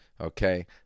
okay